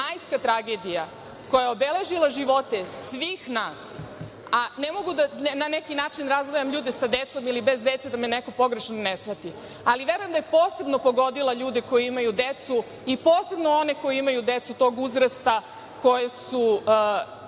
majska tragedija koja je obeležila živote svih nas, a ne mogu da na neki način razdvajam ljude sa decom ili bez dece, da me neko pogrešno ne shvati, ali verujem da je posebno pogodila ljude koji imaju decu i posebno one koji imaju decu tog uzrasta kojeg su